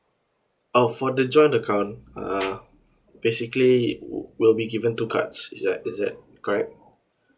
uh for the joint account uh basically we'll we'll be given two cards is that is that correct